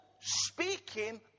speaking